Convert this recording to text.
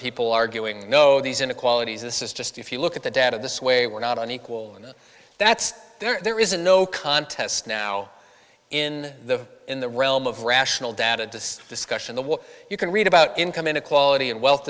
people arguing no these inequalities this is just if you look at the data this way we're not unequal and that's there is a no contest now in the in the realm of rational data just discussion the what you can read about income inequality and wealth